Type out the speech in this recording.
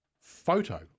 photo